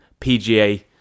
PGA